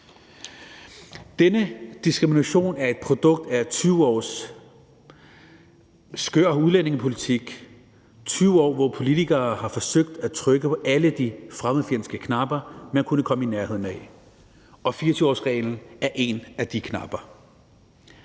Denne diskrimination er et produkt af 20 års skør udlændingepolitik, 20 år, hvor politikere har forsøgt at trykke på alle de fremmedfjendske knapper, man har kunnet komme i nærheden af, og 24-årsreglen er en af de knapper.